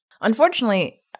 Unfortunately